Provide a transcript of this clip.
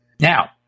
Now